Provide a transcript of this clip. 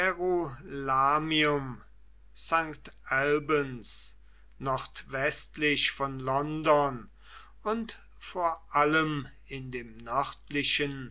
st albans nordwestlich von london und vor allem in dem natürlichen